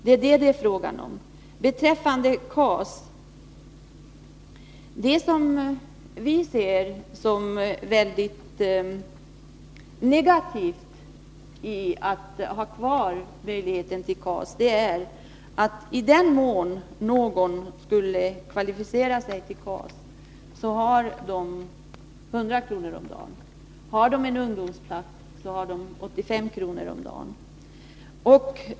När det gäller KAS anser vi att det negativa är, att om någon skulle kvalificera sig för KAS, får han 100 kr. om dagen, medan han får 85 kr. om dagen om han har en ungdomsplats.